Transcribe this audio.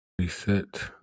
Reset